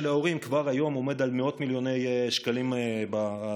ההורים עומד כבר היום על מאות מיליוני שקלים ביום,